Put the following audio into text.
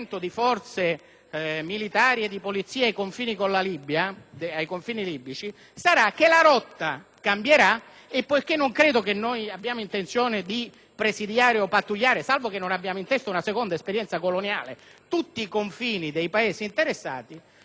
rotte; e poiché non credo che abbiamo intenzione di presidiare o pattugliare (salvo che non abbiamo in testa una seconda esperienza coloniale) tutti i confini dei Paesi interessati, faremo spendere ai cittadini delle risorse in maniera inutile.